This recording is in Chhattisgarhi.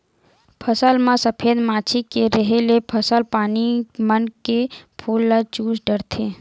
फसल म सफेद मांछी के रेहे ले फसल पानी मन के फूल ल चूस डरथे